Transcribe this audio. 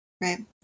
right